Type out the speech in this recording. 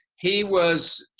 he was